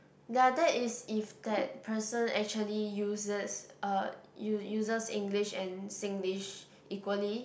ya that is if that person actually uses uh u~ uses English and Singlish equally